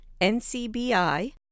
NCBI